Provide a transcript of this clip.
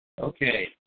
Okay